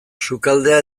sukaldea